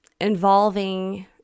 involving